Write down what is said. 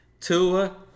Tua